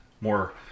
more